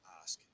ask